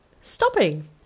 stopping